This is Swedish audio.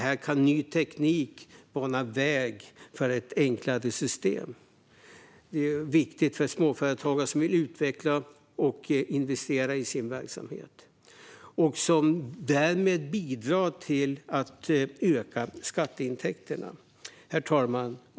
Här kan ny teknik bana väg för ett enklare system. Det är viktigt för småföretagare som vill utveckla och investera i sin verksamhet och som därmed bidrar till att öka skatteintäkterna. Herr talman!